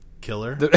killer